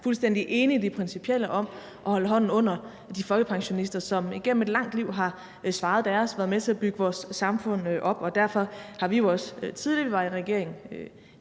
fuldstændig enig i det principielle om at holde hånden under de folkepensionister, som igennem et langt liv har svaret deres og været med til at bygge vores samfund op. Derfor har vi jo også, da vi tidligere var i regering,